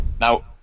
Now